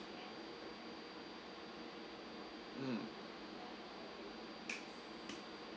mm